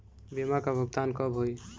बीमा का भुगतान कब होइ?